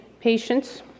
patients